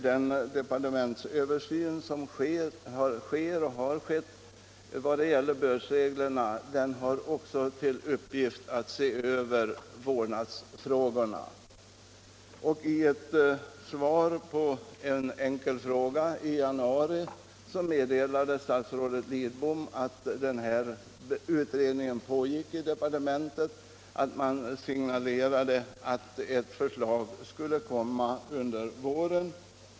Den departementsöversyn som sker och har skett i vad gäller bördsreglerna har också till syfte att vårdnadsfrågorna skall ses över. I ett svar på en enkel fråga i januari meddelade statsrådet Lidbom att den här utredningen pågick i departementet, och han signalerade att ett förslag skulle läggas fram under våren.